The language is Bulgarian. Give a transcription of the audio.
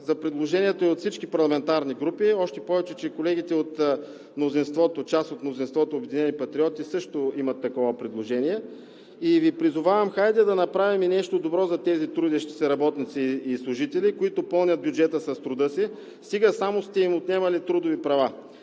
за предложението и от всички парламентарни групи, още повече че колегите от мнозинството, част от мнозинството – „Обединени патриоти“, също имат такова предложение. И Ви призовавам, хайде да направим нещо добро за тези трудещи се работници и служители, които пълнят бюджета с труда си, стига само сте им отнемали трудови права.